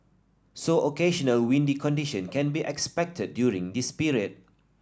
so occasional windy condition can be expected during this period